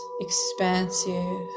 expansive